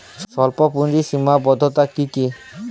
স্বল্পপুঁজির সীমাবদ্ধতা কী কী?